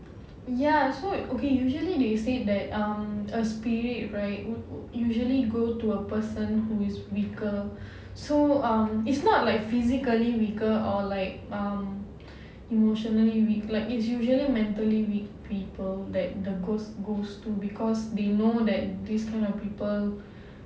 ya so okay usually they say that um a spirit right would usually go to a person who is weaker so um it's not like physically weaker or like um emotionally weak like is usually mentally weak people that the ghost goes to because they know that this kind of people